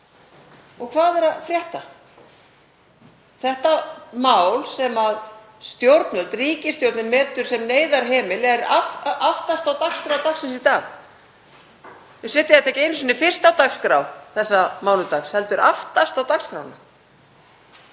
Hvað er að frétta? Þetta mál sem stjórnvöld, ríkisstjórnin metur sem neyðarhemil er aftast á dagskrá dagsins í dag. Þau setja þetta ekki einu sinni fyrst á dagskrá þessa mánudags heldur aftast á dagskrána.